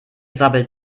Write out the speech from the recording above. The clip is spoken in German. sabbelt